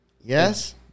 Yes